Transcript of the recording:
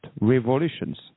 revolutions